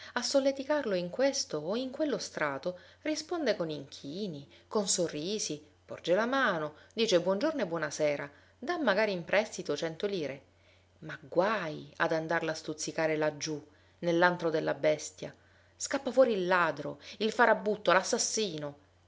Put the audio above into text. a solleticarlo in questo o in quello strato risponde con inchini con sorrisi porge la mano dice buon giorno e buona sera dà magari in prestito cento lire ma guai ad andarlo a stuzzicare laggiù nell'antro della bestia scappa fuori il ladro il farabutto l'assassino